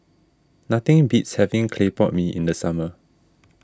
nothing beats having Clay Pot Mee in the summer